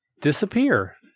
disappear